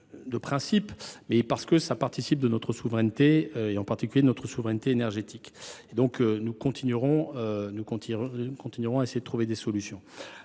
par principe, mais parce qu’elle participe de notre souveraineté, en particulier de notre souveraineté énergétique. Nous continuerons donc à rechercher des solutions